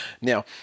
Now